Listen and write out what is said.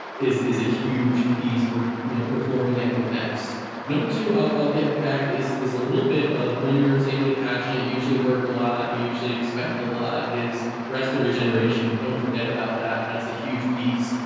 is is a huge piece for you know performing at your best number two, i'll i'll get back, is is a little bit of when you're instantly passionate you usually work a lot, and you usually expend a lot, is rest and regeneration. don't forget about that that's a huge piece.